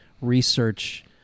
research